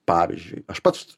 pavyzdžiui aš pats